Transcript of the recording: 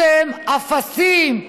אתם אפסים,